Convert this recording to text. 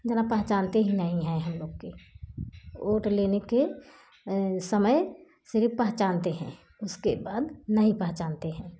जब आप पहचानते ही नहीं हैं हम लोग के वोट लेने के समय सिर्फ़ पहचानते हैं उसके बाद नहीं पहचानते हैं